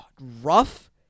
rough